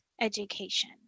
education